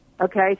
Okay